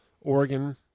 Oregon